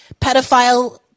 pedophile